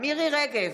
מירי מרים רגב,